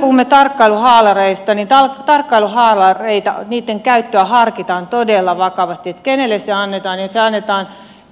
kun me puhumme tarkkailuhaalareista niin tarkkailuhaalareitten käytössä harkitaan todella vakavasti kenelle ne annetaan ja ne annetaan